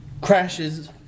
crashes